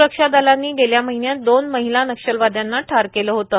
सुरक्षा दलांनी गेल्या महिन्यात दोन महिला नक्षलवाद्यांना ठार केलं होतं